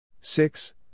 six